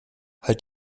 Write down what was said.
halt